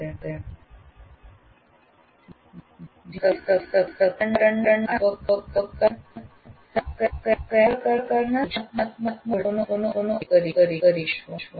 ધ્યાન અને સક્રિયકરણના આ તબક્કા હેઠળ આપ કયા પ્રકારનાં સૂચનાત્મક ઘટકો પ્રવૃત્તિઓ નો ઉપયોગ કરી શકો છો